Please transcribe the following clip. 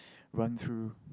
run through